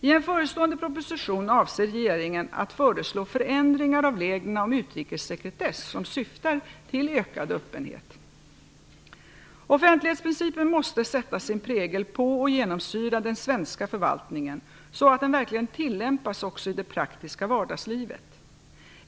I en förestående proposition avser regeringen att föreslå förändringar av reglerna om utrikessekretess som syftar till ökad öppenhet. Offentlighetsprincipen måste sätta sin prägel på och genomsyra den svenska förvaltningen så att den verkligen tillämpas också i det praktiska vardagslivet.